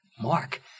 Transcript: mark